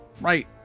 right